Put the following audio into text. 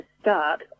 start